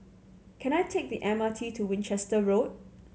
can I take the M R T to Winchester Road